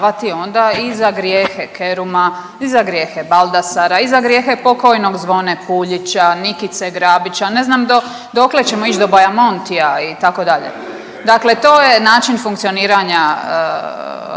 onda i za grijehe Keruma i za grijehe Baldasara i za grijehe pokojnog Zvone Puljića, Nikice Grabića ne znam dokle ćemo ići do Bajamontija itd. Dakle, to je način funkcioniranja